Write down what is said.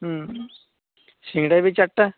ହଁ ସିଙ୍ଗଡ଼ା ବି ଚାରିଟା